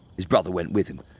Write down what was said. his brother went with him,